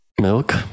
Milk